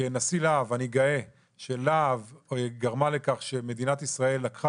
כנשיא לה"ב אני גאה שלה"ב גרמה לכך שמדינת ישראל לקחה